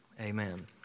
Amen